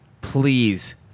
please